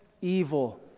evil